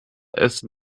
essen